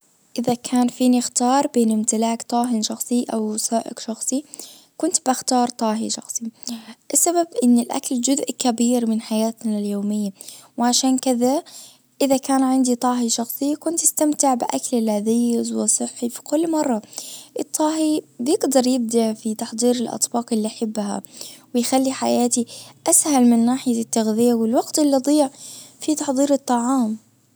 اذا كان فيني اختار بين امتلاكطاهٍي شخصي اوسائق شخصي كنت بختار طاهية بسبب ان الاكل جزء كبير من حياتنا اليومية وعشان كذا اذا كان عندي طاهي شخصي كنت استمتع باكل لذيذ وصحي في كل مرة الطاهي بيجدر يبدع في تحضير الاطباق اللي أحبها ويخلي حياتي اسهل من ناحية التغذية والوقت اللي أظيع في تحظير الطعام.